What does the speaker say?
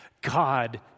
God